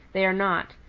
they are not.